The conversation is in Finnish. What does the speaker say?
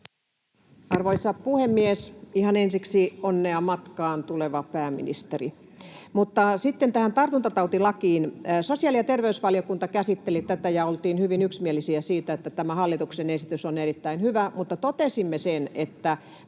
Arvoisa puhemies! Ihan ensiksi: onnea matkaan, tuleva pääministeri. Sitten tähän tartuntatautilakiin: Sosiaali- ja terveysvaliokunta käsitteli tätä, ja oltiin hyvin yksimielisiä siitä, että tämä hallituksen esitys on erittäin hyvä, mutta totesimme sen, että